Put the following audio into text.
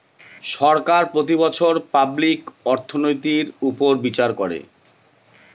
সরকার প্রতি বছর পাবলিক অর্থনৈতির উপর বিচার করে